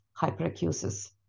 hyperacusis